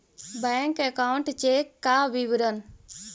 Bank account cheque का विवरण?